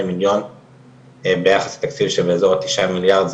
מיליון ביחס לתקציב של אזור תשעה מיליארד.